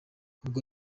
ubu